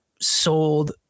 sold